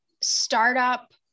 startup